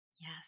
Yes